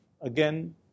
Again